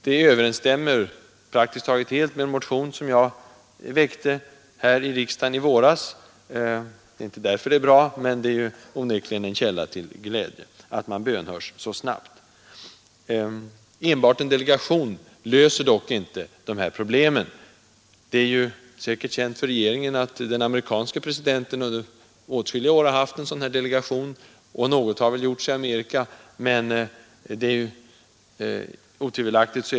Det överensstämmer praktiskt taget helt med en motion som jag väckte i våras — det är inte därför det är bra, men det är onekligen en källa till glädje att man bönhörs så snabbt. Enbart en delegation löser dock inte problemen. Sammansättningen har kritiserats såsom varande alltför ensidig.